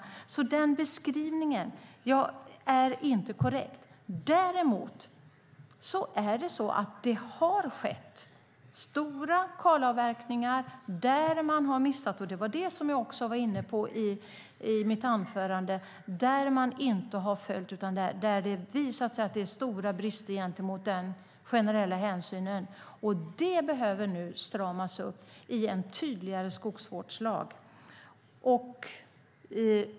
Jens Holms beskrivning är inte korrekt. Däremot har det skett stora kalavverkningar där man inte har följt bestämmelserna, som jag var inne på i mitt anförande. Där har det visat sig finnas stora brister i den generella hänsynen. Detta behöver nu stramas upp i en tydligare skogsvårdslag.